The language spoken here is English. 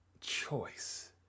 choice